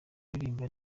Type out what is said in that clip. uririmba